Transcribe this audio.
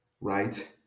Right